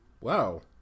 Wow